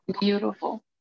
Beautiful